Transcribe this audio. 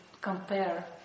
compare